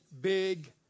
big